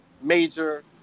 major